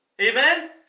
Amen